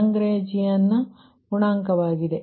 Lagrangian ಗುಣಕವಾಗಿದೆ